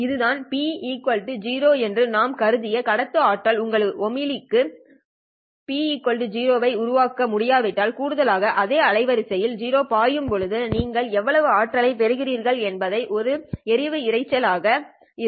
இதுதான் P00 என்று நாம் கருதிய கடத்து ஆற்றல் உங்கள் ஒளிமிக்கு P00 ஐ உருவாக்க முடியாவிட்டால் கூடுதலாக அதே அலைவரிசையில் 0 பாயும் போது நீங்கள் எவ்வளவு ஆற்றலையைப் பெற்றீர்கள் என்பதற்கு ஒரு எறிவு இரைச்சல் கூறு இருக்கும்